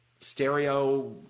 stereo